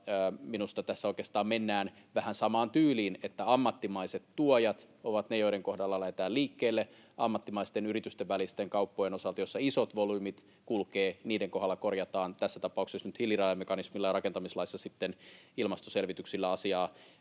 minusta tässä oikeastaan mennään vähän samaan tyyliin, että ammattimaiset tuojat ovat ne, joiden kohdalla lähdetään liikkeelle, ammattimaisten yritysten välisten kauppojen osalta, joissa isot volyymit kulkevat, ja niiden kohdalla korjataan tässä tapauksessa esimerkiksi nyt hiilirajamekanismilla ja rakentamislaissa ilmastoselvityksillä asiaa,